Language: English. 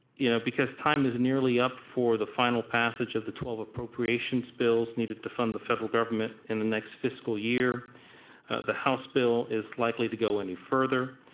you know because time is nearly up for the time passage of the twelve appropriation bills needed to fund the federal government in the next fiscal year the house bill is likely to go any further.